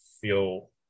feel